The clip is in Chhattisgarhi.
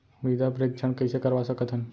मृदा परीक्षण कइसे करवा सकत हन?